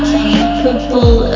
capable